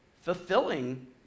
fulfilling